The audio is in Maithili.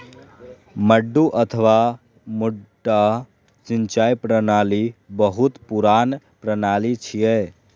मड्डू अथवा मड्डा सिंचाइ प्रणाली बहुत पुरान प्रणाली छियै